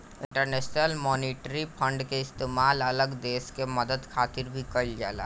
international Monetary Fund के इस्तेमाल अलग देश के मदद खातिर भी कइल जाला